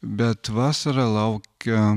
bet vasara laukia